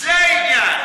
זה העניין.